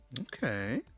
okay